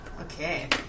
Okay